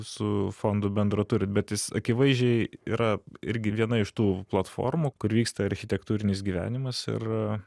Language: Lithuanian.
su fondu bendro turit bet jis akivaizdžiai yra irgi viena iš tų platformų kur vyksta architektūrinis gyvenimas ir